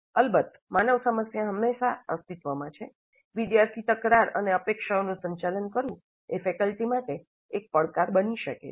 અલબત્ત માનવ સમસ્યા હંમેશાં અસ્તિત્વમાં છે વિદ્યાર્થી તકરાર અને અપેક્ષાઓનું સંચાલન કરવું એ ફેકલ્ટી માટે એક પડકાર બની શકે છે